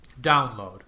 download